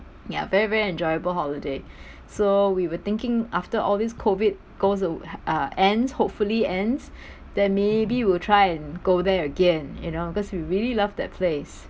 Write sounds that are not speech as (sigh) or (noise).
ya very very enjoyable holiday (breath) so we were thinking after all this COVID goes aw~ uh end hopefully ends (breath) then maybe we'll try and go there again you know because we really love that place